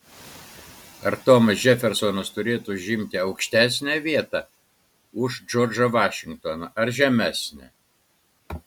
ar tomas džefersonas turėtų užimti aukštesnę vietą už džordžą vašingtoną ar žemesnę